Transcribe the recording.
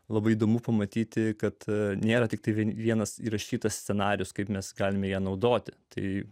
labai įdomu pamatyti kad nėra tiktai vienas įrašytas scenarijus kaip mes galime ją naudoti tai